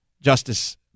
Justice